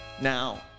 Now